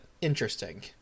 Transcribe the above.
interesting